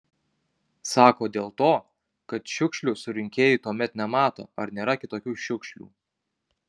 sako dėl to kad šiukšlių surinkėjai tuomet nemato ar nėra kitokių šiukšlių